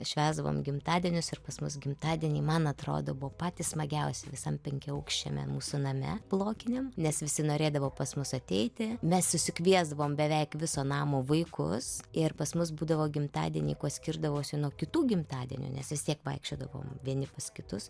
švęsdavom gimtadienius ir pas mus gimtadieniai man atrodo buvo patys smagiausi visam penkiaaukščiame mūsų name blokiniam nes visi norėdavo pas mus ateiti mes susikviesdavom beveik viso namo vaikus ir pas mus būdavo gimtadieniai kuo skirdavosi nuo kitų gimtadienių nes vis tiek vaikščiodavom vieni pas kitus